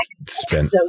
spent